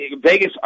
Vegas